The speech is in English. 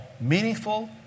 meaningful